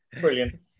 Brilliant